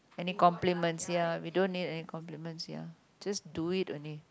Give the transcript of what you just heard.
any compliments ya we don't need any compliments ya just do it only